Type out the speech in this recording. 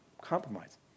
Compromise